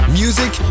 music